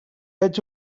veig